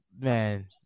man